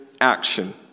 action